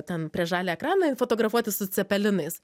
ten prieš žalią ekraną fotografuotis su cepelinais